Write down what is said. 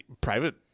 private